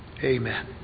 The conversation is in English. Amen